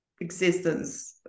existence